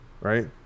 right